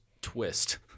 twist